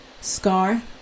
scar